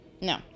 no